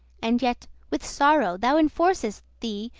and yet, with sorrow! thou enforcest thee,